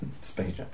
space